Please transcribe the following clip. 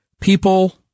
people